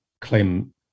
claim